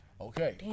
Okay